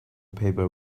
paper